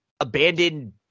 abandoned